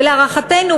ולהערכתנו,